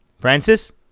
Francis